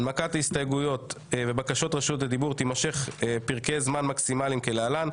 הנמקת ההסתייגויות ובקשות רשות דיבור תימשך פרקי זמן מקסימליים כלהלן: